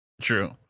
True